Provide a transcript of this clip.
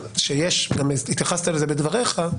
גם התייחסת לזה בדבריך,